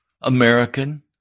American